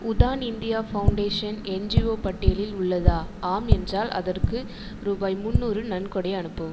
Udaan India foundation NGO பட்டியலில் உள்ளதா ஆம் என்றால் அதற்கு ரூபாய் முந்நூறு நன்கொடை அனுப்பவும்